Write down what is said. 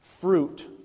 fruit